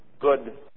good